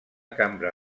cambra